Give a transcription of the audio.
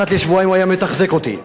אחת לשבועיים הוא היה מתחזק אותי.